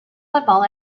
football